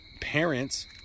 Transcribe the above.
parents